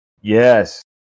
Yes